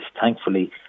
thankfully